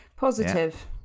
Positive